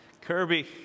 Kirby